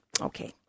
Okay